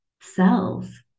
cells